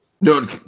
No